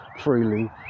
freely